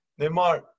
Neymar